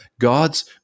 God's